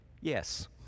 yes